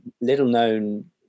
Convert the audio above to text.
little-known